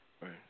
Right